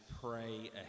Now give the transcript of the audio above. pray